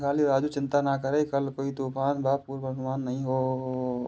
राजू चिंता ना करो कल कोई तूफान का पूर्वानुमान नहीं है